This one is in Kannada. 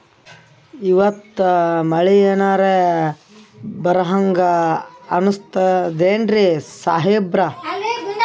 ಇವತ್ತ ಮಳಿ ಎನರೆ ಬರಹಂಗ ಅನಿಸ್ತದೆನ್ರಿ ಸಾಹೇಬರ?